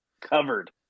covered